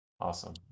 Awesome